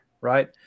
right